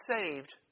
saved